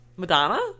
Madonna